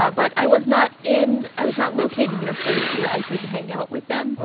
ah but i was not in. i was not located in a place where i could hang out with them, ah